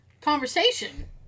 conversation